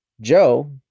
Joe